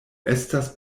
estas